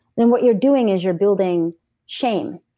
then what you're doing is you're building shame,